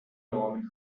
norman